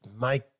make